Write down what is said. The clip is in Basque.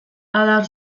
adar